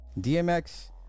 DMX